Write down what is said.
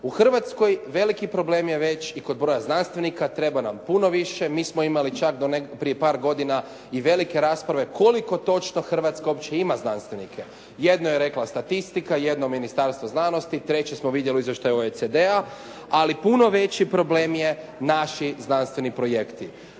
U Hrvatskoj veliki problem je već i kod broja znanstvenika. Treba nam puno više. Mi smo imali čak do prije par godina i velike rasprave koliko točno Hrvatska uopće ima znanstvenika. Jedno je rekla statistika, jedno Ministarstvo znanosti, treće smo vidjeli u izvještaju OECD-a. Ali puno veći problem je naši znanstveni projekti.